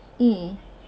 mm